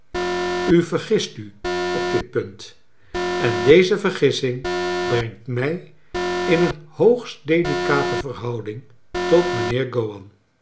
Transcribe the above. u vergist u op dit punt en deze vergissing brengt mij in een hoogst delicate verhouding tot mijnheer gowan